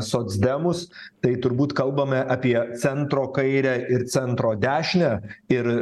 socdemus tai turbūt kalbame apie centro kairę ir centro dešinę ir